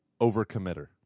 overcommitter